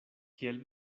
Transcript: kiel